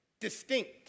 distinct